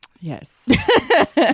Yes